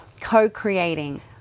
co-creating